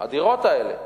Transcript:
הדירות האלה.